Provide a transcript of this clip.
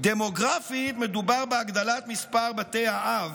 דמוגרפית, מדובר בהגדלת מספר בתי האב